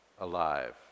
alive